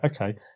okay